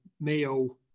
Mayo